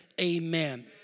amen